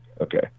Okay